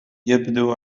يبدو